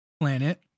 planet